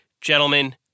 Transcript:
Gentlemen